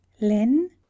Len